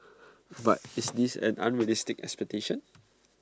but is this an unrealistic expectation